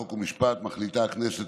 חוק ומשפט מחליטה הכנסת,